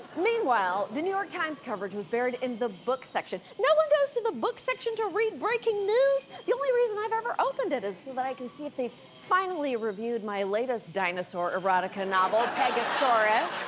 meanwhile the new york times' coverage was buried in the books section. no one goes to the books section to read breaking news! the only reason i've ever opened it is so that i can see if they've finally reviewed my latest dinosaur erotica novel, pegasaurus.